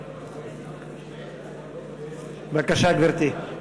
בבקשה, גברתי.